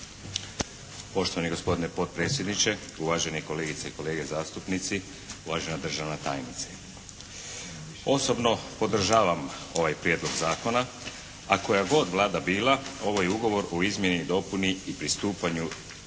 Poštovani gospodine potpredsjedniče, uvaženi kolegice i kolege zastupnici, uvažena državna tajnice. Osobno podržavam ovaj prijedlog zakona, a koja god Vlada bila ovaj Ugovor u izmjeni i dopuni i pristupanju